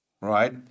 Right